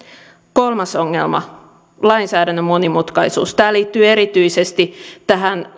kolmas ongelma lainsäädännön monimutkaisuus tämä liittyy erityisesti tähän